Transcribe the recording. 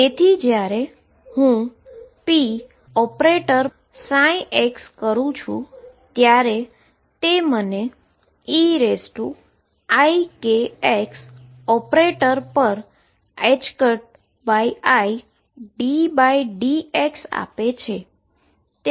તેથી જ્યારે હું popψ કરું છું ત્યારે તે મને eikx ઓપરેટર પર iddxઆપે છે